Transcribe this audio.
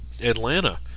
Atlanta